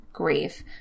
Grief